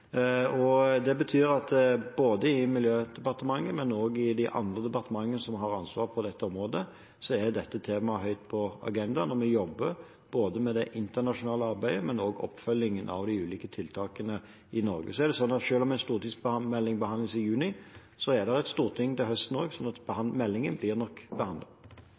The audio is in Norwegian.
Det betyr at i Klima- og miljødepartementet, men også i de andre departementene som har ansvar på dette området, er dette temaet høyt på agendaen. Vi jobber med det internasjonale arbeidet, men også med oppfølging av de ulike tiltakene i Norge. Så er det sånn at selv om en stortingsmelding blir lagt fram i juni, er det et storting også til høsten, så meldingen blir nok